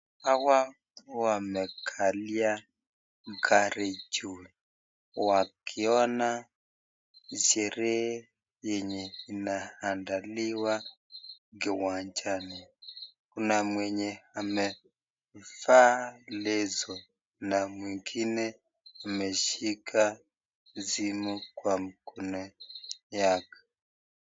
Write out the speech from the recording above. Hawa wamekalia gari juu wakiona sherehe yenye inaandaliwa kiwanjani. Kuna mwenye amevaa leso na mwengine ameshika simu kwa mkono yake.